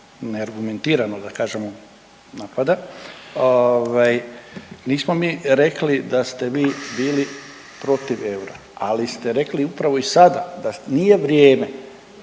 neargumentiranu da kažemo napada ovaj nismo mi rekli da ste vi bili protiv eura, ali ste rekli upravo i sada da nije vrijeme.